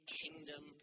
kingdom